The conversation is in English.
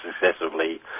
successively